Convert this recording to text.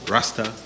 Rasta